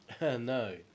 No